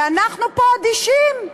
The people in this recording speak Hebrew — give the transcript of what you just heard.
ואנחנו פה אדישים.